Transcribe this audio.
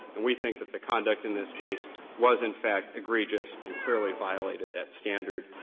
and we think that the conduct in this case was in fact egregious and clearly violated that standard.